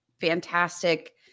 fantastic